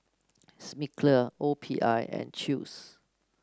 Smiggle O P I and Chew's